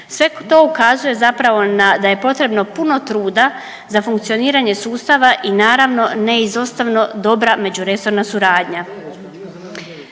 Sve to ukazuje zapravo na da je potrebno puno truda za funkcioniranje sustava i naravno neizostavno dobra međuresorna suradnja.